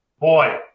boy